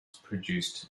produced